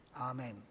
Amen